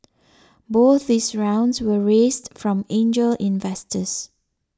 both these rounds were raised from angel investors